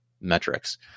metrics